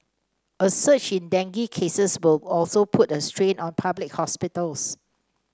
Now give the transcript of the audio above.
a surge in dengue cases will also put a strain on public hospitals